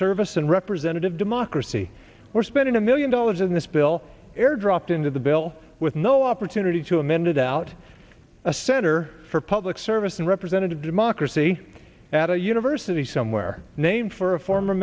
service and representative democracy we're spending a million dollars in this bill airdropped into the bill with no opportunity to amended out a center for public service and representative democracy at a university somewhere named for a former